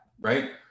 right